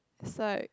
it's like